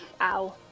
Ow